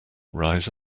rise